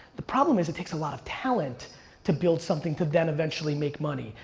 the problem is, it takes a lot of talent to build something to then eventually make money.